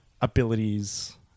abilities